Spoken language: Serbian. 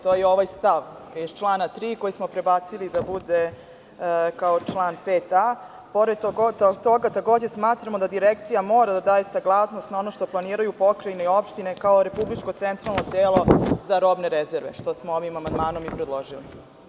To je ovaj stav iz člana 3. koji smo prebacili da bude kao član 5a. Pored toga, takođe smatramo da Direkcija mora da daje saglasnost na ono što planiraju opštine i pokrajine kao republičko centralno telo za robne rezerve, što smo ovim amandmanom i predložili.